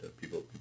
people